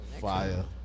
Fire